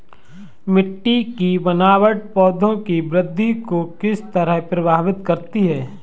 मिटटी की बनावट पौधों की वृद्धि को किस तरह प्रभावित करती है?